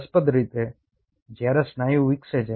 રસપ્રદ રીતે જ્યારે સ્નાયુ વિકસે છે